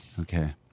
Okay